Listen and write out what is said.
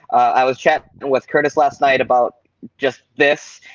i was chatting with curtis last night about just this.